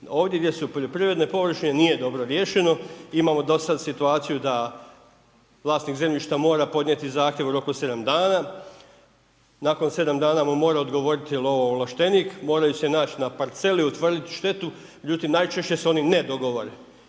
ovdje gdje su poljoprivredne površine nije dobro riješeno. Imamo do sad situaciju da vlasnik zemljišta mora podnijeti zahtjev u roku 7 dana, nakon 7 dana mu mora odgovoriti lovoovlaštenik, moraju se naći na parceli, utvrditi štetu, međutim najčešće se oni ne dogovore